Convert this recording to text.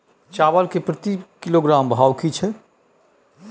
चावल के प्रति किलोग्राम भाव की छै?